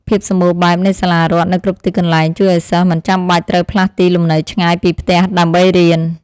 ភាពសម្បូរបែបនៃសាលារដ្ឋនៅគ្រប់ទីកន្លែងជួយឱ្យសិស្សមិនចាំបាច់ត្រូវផ្លាស់ទីលំនៅឆ្ងាយពីផ្ទះដើម្បីរៀន។